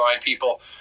people